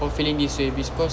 for feeling this way because